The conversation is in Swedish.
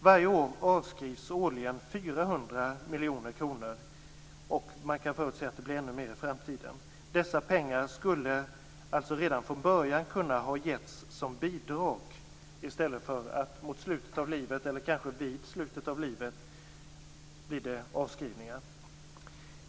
Varje år avskrivs 400 miljoner kronor, och man kan förutse att det blir ännu mer i framtiden. Dessa pengar skulle redan från början ha kunnat ges som bidrag i stället för att det mot slutet, eller vid slutet, av livet blir en avskrivning.